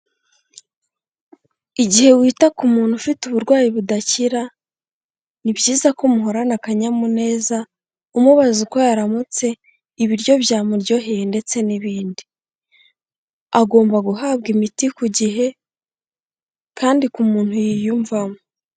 Igihe wita ku muntu ufite uburwayi budakira ni byiza ko muhorana akanyamuneza umubaza uko yaramutse, ibiryo byamuryoheye ndetse n'ibindi, agomba guhabwa imiti ku gihe kandi ku muntu yiyumvamo.